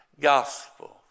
gospel